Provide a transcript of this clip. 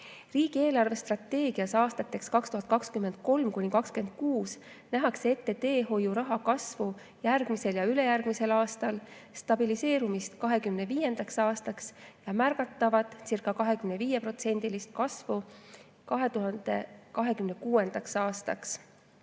Riigi eelarvestrateegias aastateks 2023–2026 nähakse ette teehoiuraha kasvu järgmisel ja ülejärgmisel aastal, stabiliseerumist 2025. aastaks ja märgatavat, circa25%‑list kasvu 2026.